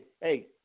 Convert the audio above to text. hey